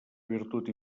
virtut